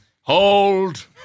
Hold